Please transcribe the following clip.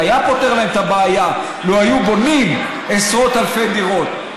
זה היה פותר להם את הבעיה לו היו בונים עשרות אלפי דירות.